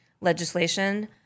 legislation